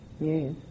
Yes